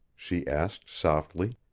she asked softly.